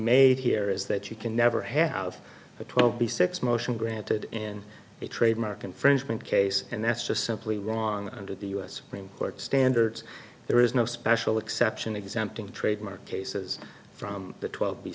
made here is that you can never have a twelve b six motion granted in a trademark infringement case and that's just simply wrong under the u s supreme court standards there is no special exception exempting trademark cases from the twelve